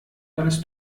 alles